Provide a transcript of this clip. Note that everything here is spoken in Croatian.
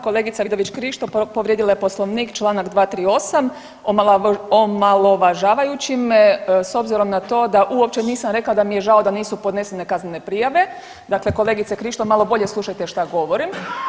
Kolegica Vidović Krišto povrijedila je Poslovnik čl. 238. omalovažavajući me s obzirom na to da uopće nisam rekla da mi je žao da nisu podnesene kaznene prijave, dakle kolegice Krišto malo bolje slušajte što govorim.